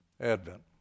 Advent